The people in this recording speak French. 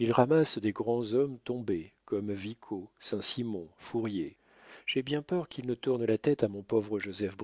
ils ramassent des grands hommes tombés comme vico saint-simon fourier j'ai bien peur qu'ils ne tournent la tête à mon pauvre joseph